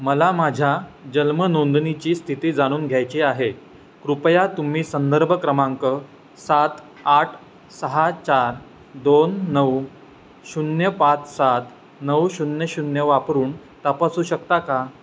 मला माझ्या जन्मनोंदणीची स्थिती जाणून घ्यायची आहे कृपया तुम्ही संदर्भ क्रमांक सात आठ सहा चार दोन नऊ शून्य पाच सात नऊ शून्य शून्य वापरून तपासू शकता का